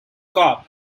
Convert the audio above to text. cop